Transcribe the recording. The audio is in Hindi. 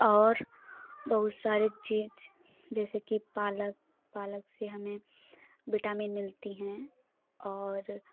और बहुत सारी चीज़ जैसे कि पालक पालक से हमें विटामिन मिलती है और